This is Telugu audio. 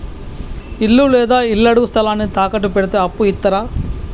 ఇల్లు లేదా ఇళ్లడుగు స్థలాన్ని తాకట్టు పెడితే అప్పు ఇత్తరా?